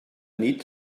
nit